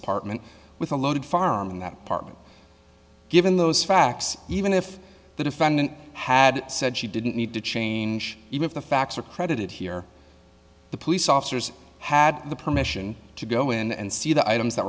this partment with a loaded firearm in that apartment given those facts even if the defendant had said she didn't need to change even if the facts are credited here the police officers had the permission to go in and see the items that